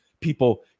people